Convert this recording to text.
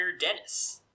Dennis